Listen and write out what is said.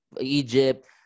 Egypt